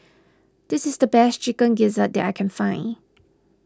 this is the best Chicken Gizzard that I can find